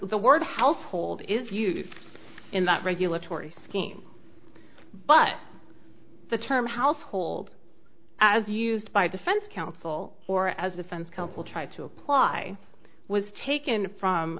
the word household is used in that regulatory scheme but the term household as used by defense counsel or as a defense couple tried to apply was taken from